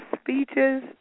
speeches